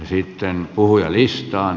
arvoisa puhemies